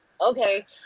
okay